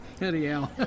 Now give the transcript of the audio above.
anyhow